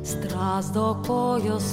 strazdo kojos